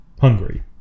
Hungary